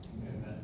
Amen